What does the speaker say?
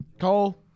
Cole